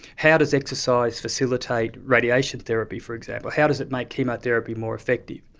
how does exercise facilitate radiation therapy, for example, how does it make chemotherapy more effective?